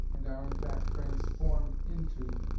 and are in fact transformed into,